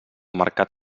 mercat